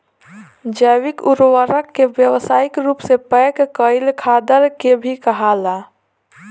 जैविक उर्वरक के व्यावसायिक रूप से पैक कईल खादर के भी कहाला